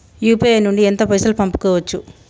UPI నుండి ఎంత పైసల్ పంపుకోవచ్చు?